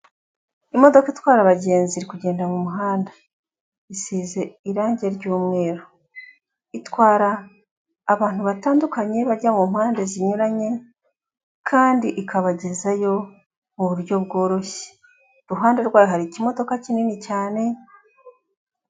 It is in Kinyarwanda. Imodoka itwara abagenzi iri kugenda mu muhanda, isize irange ry'umweru. Itwara abantu batandukanye bajya mu mpande zinyuranye kandi ikabagezayo mu buryo bworoshye. Iruhande rwayo hari imodoka kinini cyane.